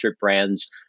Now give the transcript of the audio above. brands